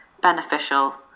beneficial